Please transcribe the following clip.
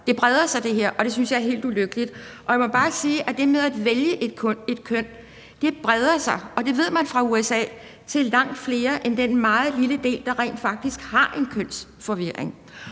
her breder sig, og det synes jeg er helt ulykkeligt. Jeg må bare sige, at det med at vælge et køn breder sig – det ved man fra USA – til langt flere end den meget lille del, der rent faktisk har en kønsforvirring.